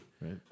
Right